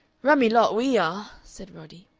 rummy lot we are! said roddy.